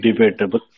debatable